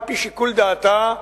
על-פי שיקול דעתה,